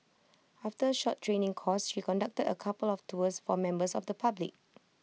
after short training course she conducted A couple of tours for members of the public